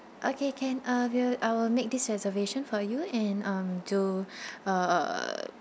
okay can uh will I will make this reservation for you and um do uh